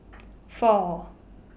four